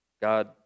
God